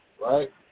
right